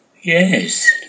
Yes